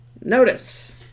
Notice